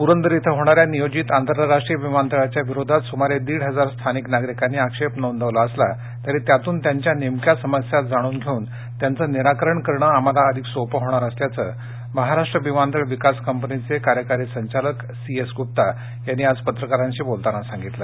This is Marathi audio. प्रंदर इथं होणाऱ्या नियोजित आंतरराष्ट्रीय विमानतळाच्या विरोधात सुमारे दीड हजार स्थानिक नागरिकांनी आक्षेप नोंदवला असला तरी त्यातून त्यांच्या नेमक्या समस्या जाणून घेऊन त्यांचे निराकरण करणे आम्हाला अधिक सोपं होणार असल्याचं महाराष्ट्र विमानतळ विकास कंपनीचे कार्यकारी संचालक सी एस गुप्ता यांनी पत्रकारांशी बोलताना सांगितलं